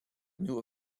nieuwe